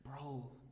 Bro